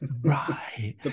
Right